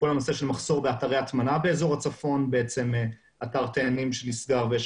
הנושא של מחסור באתרי הטמנה באזור הצפון אתר תאנים שנסגר ויש